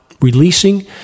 releasing